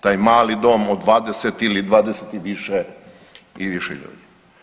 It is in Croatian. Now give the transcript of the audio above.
Taj mali dom od 20 ili 20 i više i više ljudi.